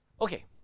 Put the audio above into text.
okay